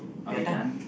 we are done